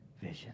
vision